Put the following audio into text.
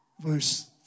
Verse